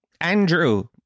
Andrew